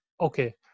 okay